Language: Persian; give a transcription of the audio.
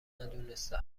ندونسته